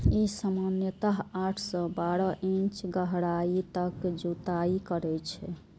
ई सामान्यतः आठ सं बारह इंच गहराइ तक जुताइ करै छै